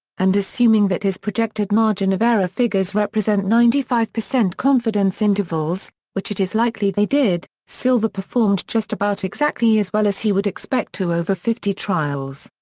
and assuming that his projected margin of error figures represent ninety five percent confidence intervals, which it is likely they did, silver performed just about exactly as well as he would expect to over fifty trials.